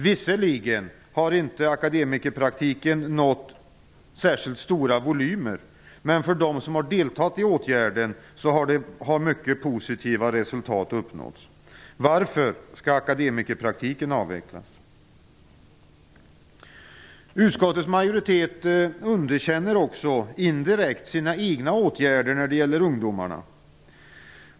Visserligen har inte akademikerpraktiken nått särskilt stora volymer, men för dem som har deltagit i åtgärden har mycket positiva resultat uppnåtts. Varför skall akademikerpraktiken avvecklas? Utskottets majoritet underkänner också indirekt sina egna åtgärder när det gäller ungdomarna.